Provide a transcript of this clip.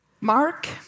Mark